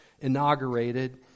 inaugurated